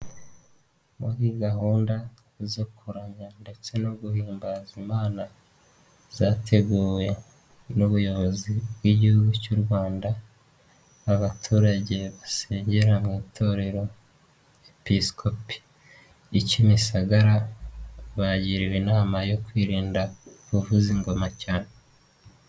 Muri gahunda zo kuramya ndetse no guhimbaza Imana zateguwe n'ubuyobozi bw'igihugu cy'u Rwanda, abaturage basengera mu itorero episikopi i Kimisagara, bagiriwe inama yo kwirinda kuvuza ingoma cyane.